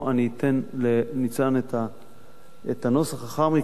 אני אתן לניצן את הנוסח לאחר מכן.